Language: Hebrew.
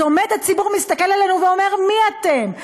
אז עומד הציבור, מסתכל עלינו ואומר, מי אתם?